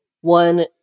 one